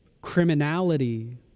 criminality